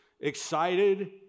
excited